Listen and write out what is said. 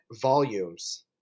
volumes